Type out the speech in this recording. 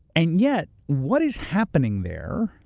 and yet, what is happening there